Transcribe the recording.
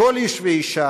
כל איש ואישה,